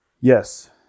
Yes